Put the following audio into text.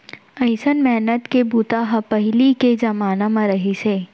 अइसन मेहनत के बूता ह पहिली के जमाना म रहिस हे